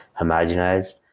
Homogenized